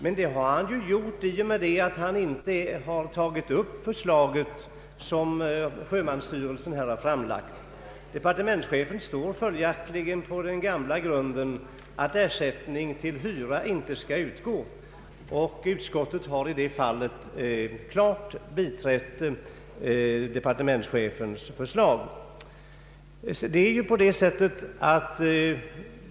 Men det har han ju gjort i och med att han inte har tagit upp det förslag som sjömansvårdsstyrelsen framlagt. Departementschefen står följaktligen på den gamla grunden, att ersättning till hyra inte skall utgå, och utskottet har i det fallet klart biträtt departementschefens förslag.